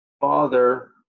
father